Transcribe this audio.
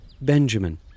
Benjamin